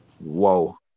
Whoa